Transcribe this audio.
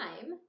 time